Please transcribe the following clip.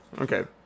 Okay